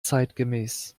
zeitgemäß